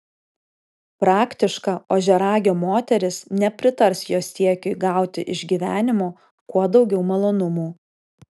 praktiška ožiaragio moteris nepritars jo siekiui gauti iš gyvenimo kuo daugiau malonumų